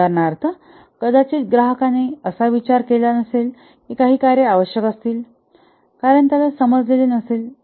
उदाहरणार्थ कदाचित ग्राहकाने असा विचार केला नसेल की काही कार्ये आवश्यक असतील कारण त्याला समजलेले नसेल